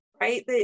right